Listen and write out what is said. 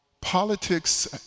politics